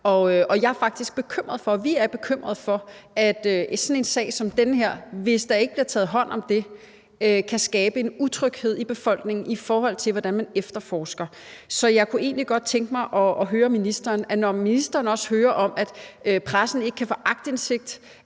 Jeg er faktisk bekymret for, og vi er bekymrede for, at hvis der ikke bliver taget hånd om sådan en sag som den her, så kan det skabe en utryghed i befolkningen, i forhold til hvordan man efterforsker. Så jeg kunne egentlig godt tænke mig at høre ministeren: Når ministeren hører om, at pressen ikke kan få aktindsigt;